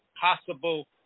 possible